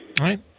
right